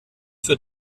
für